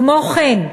כמו כן,